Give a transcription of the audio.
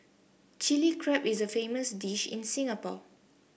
Chilli Crab is a famous dish in Singapore